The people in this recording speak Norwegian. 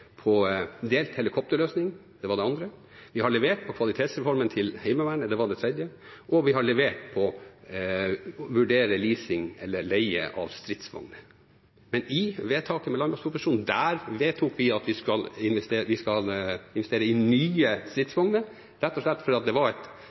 på delt helikopterløsning – det var det andre. Vi har levert på kvalitetsreformen til Heimevernet – det var det tredje. Og vi har levert på å vurdere leasing eller leie av stridsvogner. Med vedtaket av landmaktproposisjonen vedtok vi at skal investere i nye